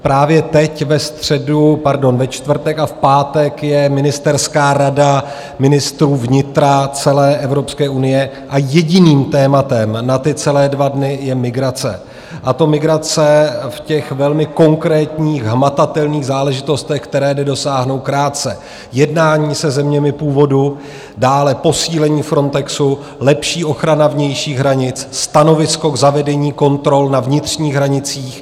Právě teď ve středu... pardon, ve čtvrtek a v pátek je ministerská rada ministrů vnitra celé Evropské unie a jediným tématem na ty celé dva dny je migrace, a to migrace v těch velmi konkrétních, hmatatelných záležitostech, které nedosáhnou krátce jednání se zeměmi původu, dále posílení Frontexu, lepší ochrana vnějších hranic, stanovisko k zavedení kontrol na vnitřních hranicích.